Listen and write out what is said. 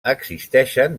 existeixen